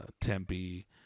Tempe